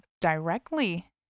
directly